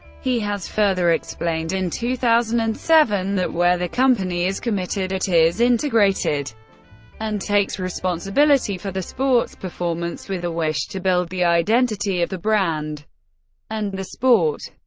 he has further explained in two thousand and seven that where the company is committed, it is integrated and takes responsibility for the sports performance, with a wish to build the identity of the brand and the sport.